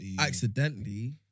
accidentally